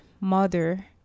mother